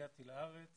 הגעתי לארץ